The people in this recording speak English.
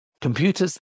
Computers